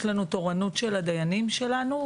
יש לנו תורנות של הדיינים שלנו.